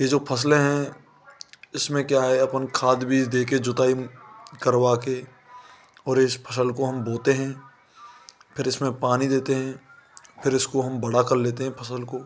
यह जो फसले हैं इसमें क्या है अपन खाद बीज दे कर जुताई करवा कर और इस फसल को हम बोते हैं फिर इसमें हम पानी देते हैं फिर इसको हम बड़ा कर लेते हैं फसल को